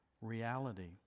reality